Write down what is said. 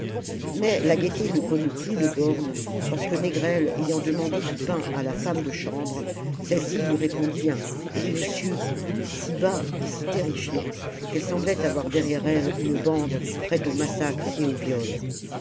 mais la gaieté ne connut plus de borne lorsque négrel ayant demandé du pain à la femme de chambre celle-ci lui répondit un oui monsieur si bas et si terrifié qu'elle semblait avoir derrière elle une bande prête au massacre et au viol